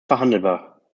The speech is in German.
verhandelbar